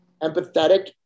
empathetic